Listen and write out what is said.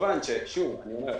שוב, אני אומר,